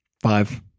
Five